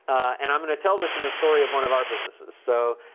and i'm gonna tell this in the story of one of our businesses. so,